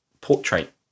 portrait